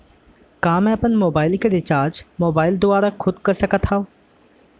का मैं अपन मोबाइल के रिचार्ज मोबाइल दुवारा खुद कर सकत हव?